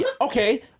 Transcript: Okay